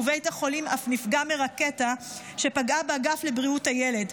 ובית החולים אף נפגע מרקטה שפגעה באגף לבריאות הילד,